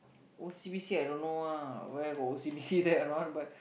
O_C_B_C I don't know where got O_C_B_C there around